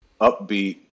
upbeat